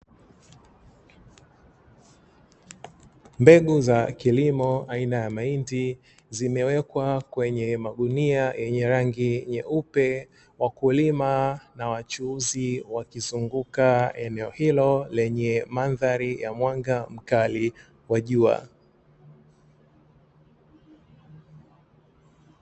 Mbegu za kilimo aina ya mahindi zimewekwa kwenye magunia yenye rangi nyeupe, wakulima na wachuuzi wakizunguka eneo hilo lenye mandhari ya mwanga mkali wa jua.